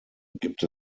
gibt